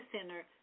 center